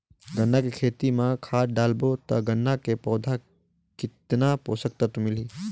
गन्ना के खेती मां खाद डालबो ता गन्ना के पौधा कितन पोषक तत्व मिलही?